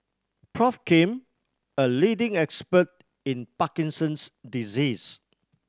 Prof Kim a leading expert in Parkinson's disease